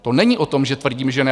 To není o tom, že tvrdím, že ne.